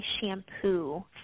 shampoo